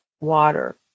water